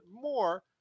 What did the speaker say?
more